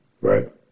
right